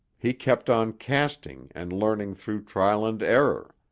he kept on casting and learning through trial and error.